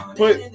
put